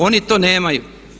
Oni to nemaju.